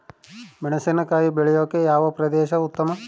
ಮೆಣಸಿನಕಾಯಿ ಬೆಳೆಯೊಕೆ ಯಾವ ಪ್ರದೇಶ ಉತ್ತಮ?